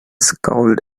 scowled